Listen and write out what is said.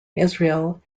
israel